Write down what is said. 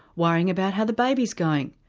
worrying about how the baby's going,